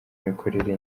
imikorere